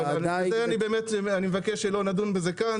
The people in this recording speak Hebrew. אני מבקש שלא נדון בזה כאן.